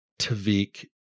Tavik